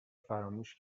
فراموش